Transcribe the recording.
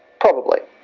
probably.